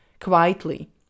quietly